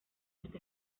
este